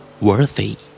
Worthy